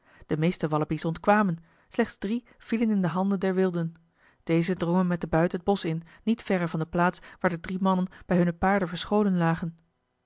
de meeste wallabies ontkwamen slechts drie vielen in de handen der wilden deze drongen met den buit het bosch in niet verre van de plaats waar de drie mannen bij hunne paarden verscholen lagen